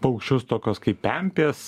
paukščius tokios kaip pempės